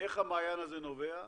איך המעיין הזה נובע,